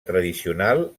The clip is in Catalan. tradicional